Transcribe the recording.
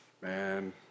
man